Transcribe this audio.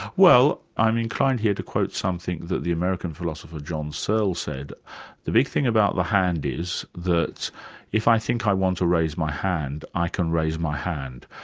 well i'm inclined here to quote something that the american philosopher john searle said the big thing about the hand is, that if i think i want to raise my hand, i can raise my hand.